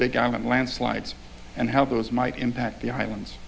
big island landslides and how those might impact the islands